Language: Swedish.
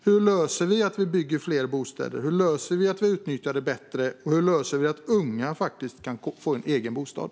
Hur gör vi för att fler bostäder ska byggas och att de utnyttjas bättre? Och hur gör vi för att unga faktiskt ska kunna få en egen bostad?